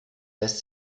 lässt